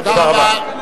תודה רבה.